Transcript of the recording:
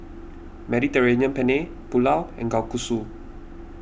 Mediterranean Penne Pulao and Kalguksu